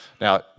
Now